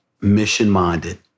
mission-minded